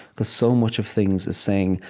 there's so much of things are saying,